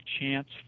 chance